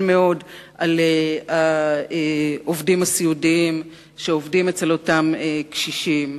מאוד על שכרם של העובדים הסיעודיים שעובדים אצל אותם קשישים,